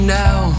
now